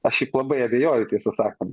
aš šiaip labai abejoju tiesą sakant